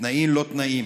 בתנאים לא תנאים.